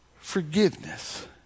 Forgiveness